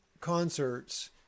concerts